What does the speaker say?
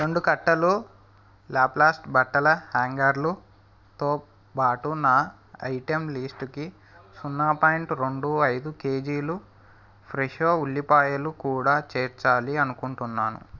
రెండు కట్టలు లాప్లాస్ట్ బట్టల హ్యాంగర్లతో పాటు నా ఐటెం లిస్టుకి సున్నా పాయింట్ రెండు ఐదు కేజీలు ఫ్రెషో ఉల్లిపాయలు కూడా చేర్చాలి అనుకుంటున్నాను